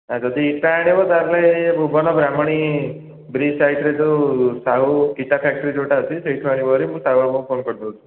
ଯଦି ଇଟା ଆଣିବ ତା'ହେଲେ ଭୁବନ ବ୍ରାହ୍ମଣୀ ବ୍ରିଜ୍ ସାଇଡ଼୍ରେ ଯେଉଁ ସାହୁ ଇଟା ଫାକ୍ଟ୍ରି ଯେଉଁଟା ଅଛି ସେଇଠୁ ଆଣିବ ଭାରି ମୁଁ ତା ପାଖକୁ ଫୋନ୍ କରିଦେଉଛି